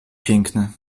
piękne